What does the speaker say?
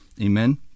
Amen